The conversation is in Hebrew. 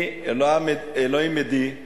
אלוהים עדי,